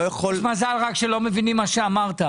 יכול --- יש מזל רק שלא מבינים מה שאמרת,